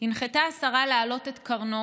הנחתה השרה להעלות קרנו,